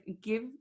give